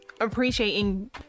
Appreciating